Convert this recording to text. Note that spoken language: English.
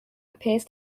appears